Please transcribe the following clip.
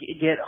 get